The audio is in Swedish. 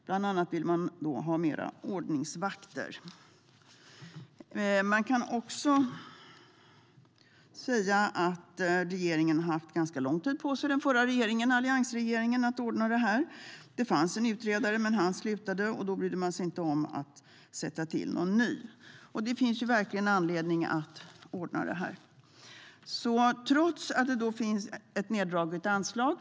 Bland annat vill man ha fler ordningsvakter. Man kan även här säga att alliansregeringen har haft ganska lång tid på sig att ordna detta. Det fanns en utredare, men han slutade och man brydde sig inte om att tillsätta någon ny. Det finns verkligen anledning att ordna detta. Det finns ett neddraget anslag.